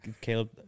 Caleb